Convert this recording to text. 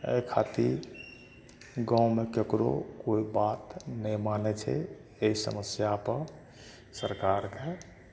एहि खातिर गाँवमे केकरो कोइ बात नहि मानै छै एहि समस्यापर सरकारके